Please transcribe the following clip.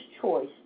choice